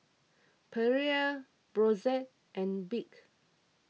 Perrier Brotzeit and Bic